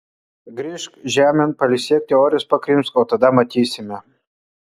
grįžk žemėn pailsėk teorijos pakrimsk o tada matysime